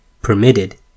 permitted